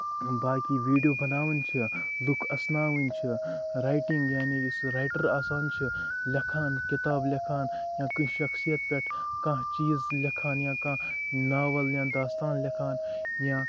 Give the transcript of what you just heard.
باقٕے ویٖڈیو بَناوان چھِ لُکھ اَسناوٕنۍ چھِ ریٹِنگ یعنی یُس ریٹر آسان چھُ لٮ۪کھان کِتاب لٮ۪کھان یا کٲنٛسہِ شَخصیَت پٮ۪ٹھ کانٛہہ چیٖز لٮ۪کھان یا کانٛہہ ناوَل یا داستان لٮ۪کھان یا